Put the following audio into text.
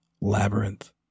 Labyrinth